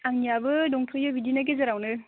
आंनियाबो दंथ'यो बिदिनो गेजेरावनो